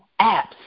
apps